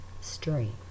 stream